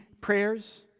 prayers